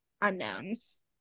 unknowns